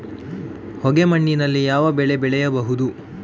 ಹೊಯ್ಗೆ ಮಣ್ಣಿನಲ್ಲಿ ಯಾವ ಬೆಳೆ ಬೆಳೆಯಬಹುದು?